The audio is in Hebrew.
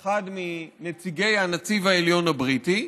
אחד מנציגי הנציב העליון הבריטי,